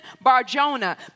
Barjona